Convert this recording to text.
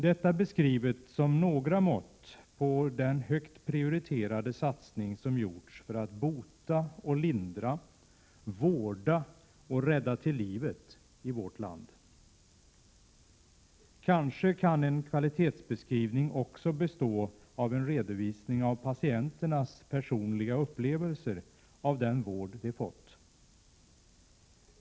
Detta är några mått på den högt prioriterade satsning som har gjorts för att bota och lindra, vårda och rädda till livet i vårt land. Kanske kan en kvalitetsbeskrivning också bestå av en redovisning av patienternas personliga upplevelser av den vård de fått.